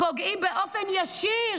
פוגעים באופן ישיר